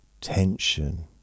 tension